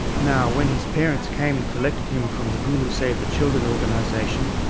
now when his parents came and collected him from the gulu save the children organisation,